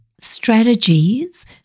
strategies